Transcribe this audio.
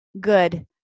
good